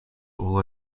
all